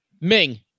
Ming